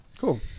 Cool